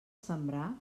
sembrar